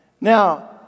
Now